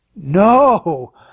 no